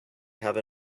have